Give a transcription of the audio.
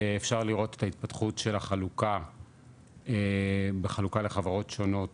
אפשר לראות את ההתפתחות של החלוקה בחלוקה לחברות שונות